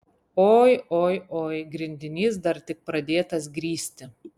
oi oi oi grindinys dar tik pradėtas grįsti